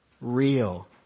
real